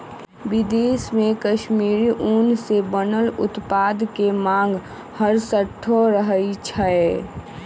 विदेश में कश्मीरी ऊन से बनल उत्पाद के मांग हरसठ्ठो रहइ छै